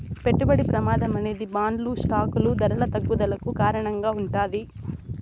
పెట్టుబడి ప్రమాదం అనేది బాండ్లు స్టాకులు ధరల తగ్గుదలకు కారణంగా ఉంటాది